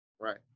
Right